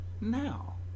now